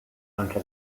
onto